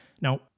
Now